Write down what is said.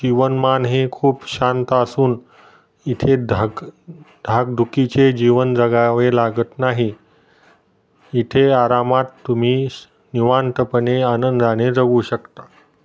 जीवनमान हे खूप शांत असून इथे धाक धाकधुकीचे जीवन जगावे लागत नाही इथे आरामात तुम्ही स निवांतपणे आनंदाने जगू शकता